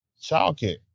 childcare